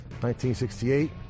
1968